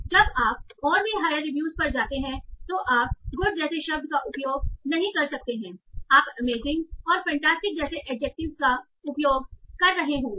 लेकिन जब आप और भी हायर रिव्यूज पर जाते हैं तो आप गुड जैसे शब्द का उपयोग नहीं कर सकते हैं आप अमेजिंग और फैंटास्टिक जैसे एडजेक्टिव का उपयोग कर रहे होंगे